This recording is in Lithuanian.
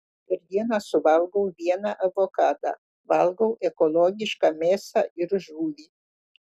per dieną suvalgau vieną avokadą valgau ekologišką mėsą ir žuvį